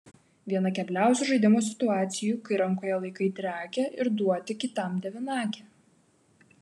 viena kebliausių žaidimo situacijų kai rankoje laikai triakę ir duoti kitam devynakę